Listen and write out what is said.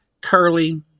Curly